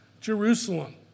Jerusalem